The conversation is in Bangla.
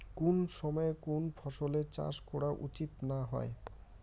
কুন সময়ে কুন ফসলের চাষ করা উচিৎ না হয়?